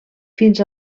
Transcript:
fins